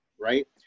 right